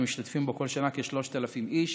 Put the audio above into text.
שמשתתפים בו כל שנה כ-3,000 איש,